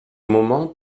moment